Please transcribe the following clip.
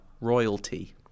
Royalty